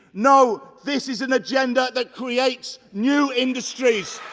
no, this is an agenda that creates new industries!